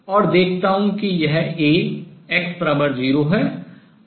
और देखता हूँ कि यह A x0 है